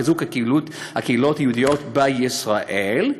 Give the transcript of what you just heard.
חיזוק הקהילות היהודיות בישראל,